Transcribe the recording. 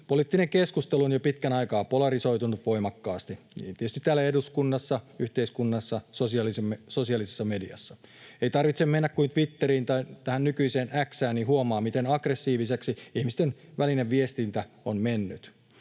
Poliittinen keskustelu on jo pitkän aikaa polarisoitunut voimakkaasti tietysti täällä eduskunnassa, yhteiskunnassa ja sosiaalisessa mediassa. Ei tarvitse mennä kuin Twitteriin tai tähän nykyiseen X:ään, niin huomaa, miten aggressiiviseksi ihmisten välinen viestintä on mennyt.